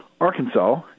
Arkansas